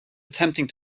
attempting